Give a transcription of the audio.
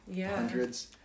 hundreds